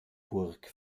burg